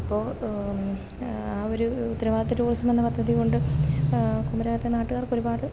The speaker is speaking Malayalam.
അപ്പോള് ആ ഒരു ഉത്തരവാദിത്ത ടൂറിസം എന്ന പദ്ധതി കൊണ്ട് കുമരകത്തെ നാട്ടുകാർക്കൊരുപാട്